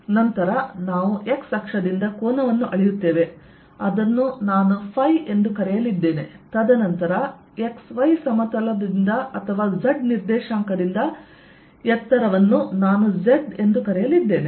ನಂತರ ನಾವು x ಅಕ್ಷದಿಂದ ಕೋನವನ್ನು ಅಳೆಯುತ್ತೇವೆ ಅದನ್ನು ನಾನು ಫೈ ಎಂದು ಕರೆಯಲಿದ್ದೇನೆ ತದನಂತರ x y ಸಮತಲದಿಂದ ಅಥವಾ z ನಿರ್ದೇಶಾಂಕದಿಂದ ಎತ್ತರವನ್ನು ನಾನು z ಎಂದು ಕರೆಯಲಿದ್ದೇನೆ